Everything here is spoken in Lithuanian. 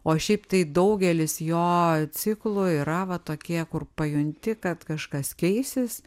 o šiaip tai daugelis jo ciklų yra va tokie kur pajunti kad kažkas keisis